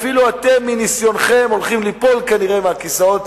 אפילו אתם עם ניסיונכם הולכים ליפול כנראה מהכיסאות,